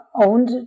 owned